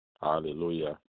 Hallelujah